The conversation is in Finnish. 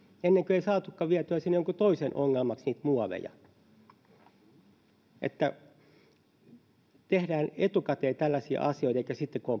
ennen kuin ei saatukaan vietyä jonkun toisen ongelmaksi niitä muoveja tehdään etukäteen tällaisia asioita eikä sitten kun